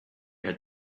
had